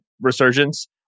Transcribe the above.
resurgence